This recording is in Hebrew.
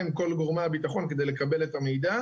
עם כל גורמי הביטחון על מנת לקבל את המידע.